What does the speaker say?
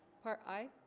part i